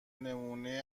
نمونه